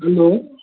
hello